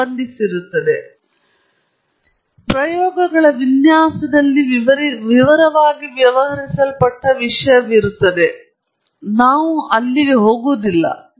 ಇದು ಒಂದು ಭಾಗವಾಗಿದೆ ಇದು ಪ್ರಯೋಗಗಳ ವಿನ್ಯಾಸದಲ್ಲಿ ವಿವರವಾಗಿ ವ್ಯವಹರಿಸಲ್ಪಟ್ಟ ವಿಷಯವಾಗಿದೆ ಮತ್ತು ನಾವು ಇಲ್ಲಿಗೆ ಹೋಗುವುದಿಲ್ಲ